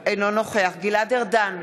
אינו נוכח גלעד ארדן,